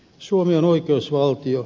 suomi on oikeusvaltio